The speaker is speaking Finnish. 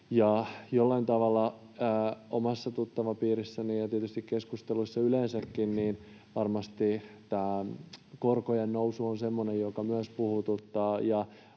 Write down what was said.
Jollain tavalla omassa tuttavapiirissäni ja tietysti keskusteluissa yleensäkin tämä korkojen nousu on varmasti semmoinen, joka myös puhututtaa